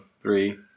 Three